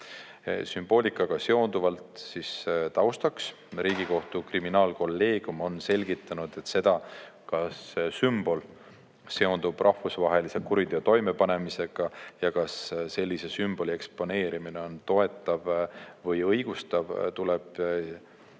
Sümboolikaga seonduvalt taustaks: Riigikohtu kriminaalkolleegium on selgitanud, et seda, kas sümbol seondub rahvusvahelise kuriteo toimepanemisega ja kas sellise sümboli eksponeerimine on toetav või õigustav, tuleb